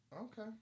Okay